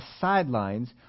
sidelines